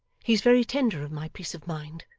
he's very tender of my peace of mind.